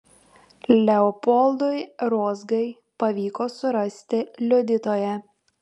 leopoldui rozgai pavyko surasti liudytoją